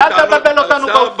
ואל תבלבל אותנו בעובדות.